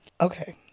Okay